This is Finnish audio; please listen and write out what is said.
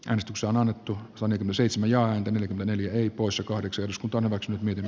äänestys on annettu ainakin seitsemän ja meteli oli poissa kahdeksan uskontoon ovat nyt niin